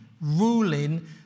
ruling